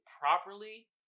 properly